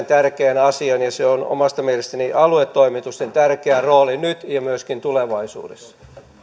tärkeän asian ja se on aluetoimitusten tärkeä rooli nyt ja myöskin tulevaisuudessa